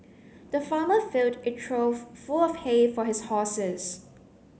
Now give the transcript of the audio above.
the farmer filled a trough full of hay for his horses